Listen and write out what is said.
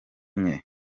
nke